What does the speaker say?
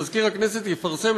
מזכיר הכנסת יפרסם,